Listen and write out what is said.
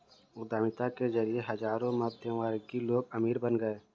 उद्यमिता के जरिए हजारों मध्यमवर्गीय लोग अमीर बन गए